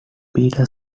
peter